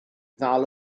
ddal